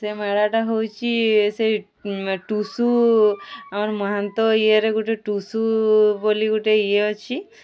ସେ ମେଳାଟା ହେଉଛି' ସେ ଟୁସୁ ଆମର ମହାନ୍ତ ଇଏରେ ଗୋଟେ ଟୁସୁ ବୋଲି ଗୋଟେ ଇଏ ଅଛି